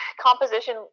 composition